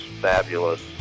fabulous